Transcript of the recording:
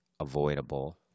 avoidable